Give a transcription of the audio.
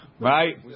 Right